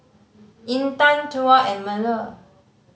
Intan Tuah and Melur